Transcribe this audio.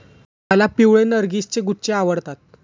मला पिवळे नर्गिसचे गुच्छे आवडतात